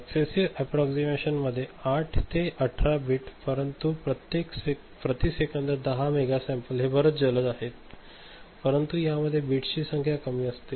successive approximation मध्ये 8 ते 18 bit परंतु प्रति सेकंद 10 मेगा सॅम्पल हे बरेच जलद आहे परंतु या मध्ये बिट्सची संख्या कमी असते